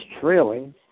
trailing